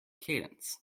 cadence